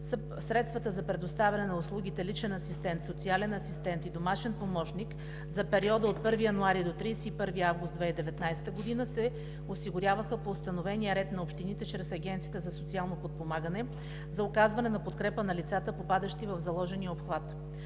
средствата за предоставяне на услугите „Личен асистент“, „Социален асистент“ и „Домашен помощник“ за периода от 1 януари до 31 август 2019 г. се осигуряваха по установения ред на общините чрез Агенцията за социално подпомагане за оказване на подкрепа на лицата, попадащи в заложения обхват.